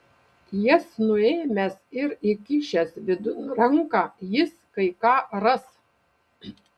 jas nuėmęs ir įkišęs vidun ranką jis kai ką ras